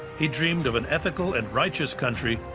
he dreamed of an ethical and righteous country,